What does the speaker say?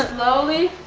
slowly,